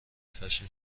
فشن